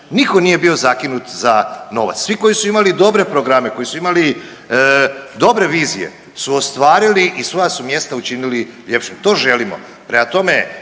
Niko nije bio zakinut za novac, svi koji su imali dobre programe, koji su imali dobre vizije su ostvarili i svoja su mjesta učinili ljepšim, to želimo.